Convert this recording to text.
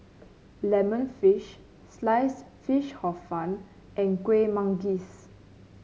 lemon fish slice fish Hor Fun and Kuih Manggis